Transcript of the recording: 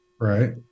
Right